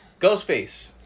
Ghostface